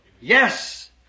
Yes